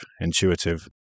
intuitive